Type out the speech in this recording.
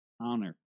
honor